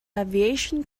aviation